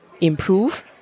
improve